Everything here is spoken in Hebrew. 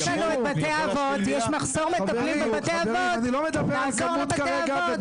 --- אני לא מדבר על כמות כרגע,